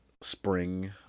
spring